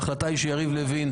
ההחלטה היא שיריב לוין,